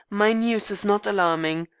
my news is not alarming.